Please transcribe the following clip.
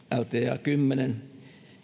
lta kymmenelle